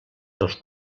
dels